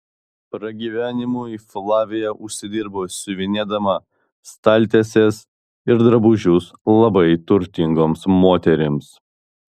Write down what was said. pragyvenimui flavija užsidirbo siuvinėdama staltieses ir drabužius labai turtingoms moterims